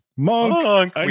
Monk